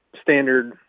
standard